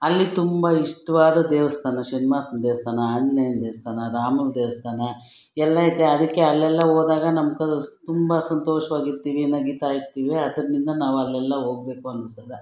ಅಲ್ಲಿ ತುಂಬ ಇಷ್ಟವಾದ ದೇವಸ್ಥಾನ ಶನಿ ಮಹಾತ್ಮನ ದೇವಸ್ಥಾನ ಆಂಜನೇಯನ ದೇವಸ್ಥಾನ ರಾಮನ ದೇವಸ್ಥಾನ ಎಲ್ಲ ಐತೆ ಅದಕ್ಕೆ ಅಲ್ಲೆಲ್ಲ ಹೋದಾಗ ನಮ್ಕ ತುಂಬ ಸಂತೋಷವಾಗಿರ್ತಿವಿ ನಗಿತಾ ಇರ್ತಿವಿ ಅದರಿಂದ ನಾವು ಅಲ್ಲೆಲ್ಲ ಹೋಗ್ಬೇಕು ಅನಿಸ್ತದ